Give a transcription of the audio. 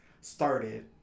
started